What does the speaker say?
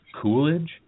Coolidge